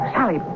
Sally